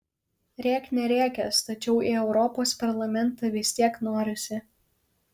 rėk nerėkęs tačiau į europos parlamentą vis tiek norisi